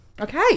Okay